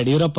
Yediyurappa